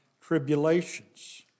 tribulations